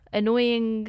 annoying